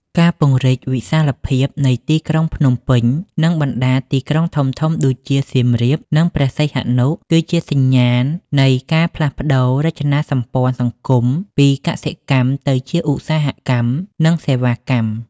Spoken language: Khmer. ការពង្រីកវិសាលភាពនៃទីក្រុងភ្នំពេញ និងបណ្ដាទីក្រុងធំៗដូចជាសៀមរាប និងព្រះសីហនុ គឺជាសញ្ញាណនៃការផ្លាស់ប្តូររចនាសម្ព័ន្ធសង្គមពីកសិកម្មទៅជាឧស្សាហកម្ម និងសេវាកម្ម។